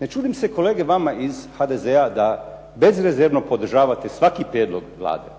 Ne čudim se kolege vama iz HDZ-a da bezrezervno podržavate svaki prijedlog Vlade,